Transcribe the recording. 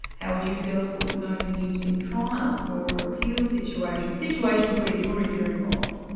how would you feel if it was going to be used in trials, or appeal situations, situations where juries are involved?